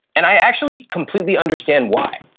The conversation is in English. and i actually completely understand why.